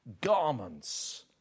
garments